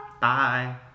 Bye